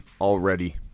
already